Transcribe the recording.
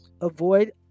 Avoid